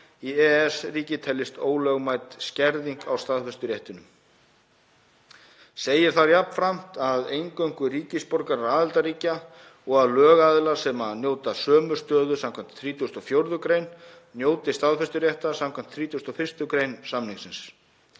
í EES-ríki teljist ólögmæt skerðing á staðfesturéttinum. Segir þar jafnframt að eingöngu ríkisborgarar aðildarríkja og lögaðilar sem njóta sömu stöðu skv. 34. gr. njóti staðfesturéttar skv. 31. gr. samningsins.